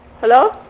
Hello